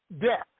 death